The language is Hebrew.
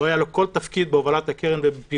לא היה לו כל תפקיד בהובלת הקרן בפעילותה